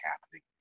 happening